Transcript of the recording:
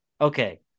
okay